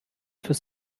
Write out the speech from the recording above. fürs